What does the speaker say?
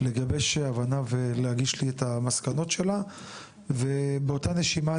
לגבש הבנה ולהגיש לי את המסקנות שלה ובאותה נשימה,